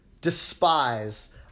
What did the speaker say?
despise